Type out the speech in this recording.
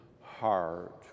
heart